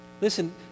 Listen